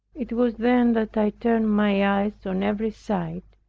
it was then that i turned my eyes on every side,